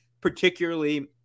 particularly